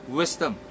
wisdom